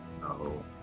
No